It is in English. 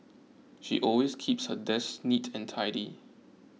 she always keeps her desk neat and tidy